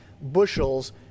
bushels